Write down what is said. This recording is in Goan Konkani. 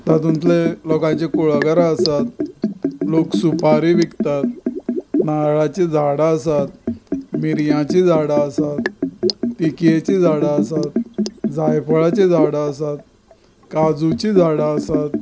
तातूंतले लोकांची कुळागरां आसात लोक सुपारी विकतात नाल्लाची झाडां आसात मिरयांची झाडां आसात तिखेयची झाडां आसा जाफळांची झाडां आसात काजूची झाडां आसात